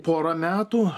pora metų